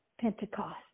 Pentecost